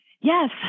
Yes